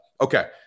Okay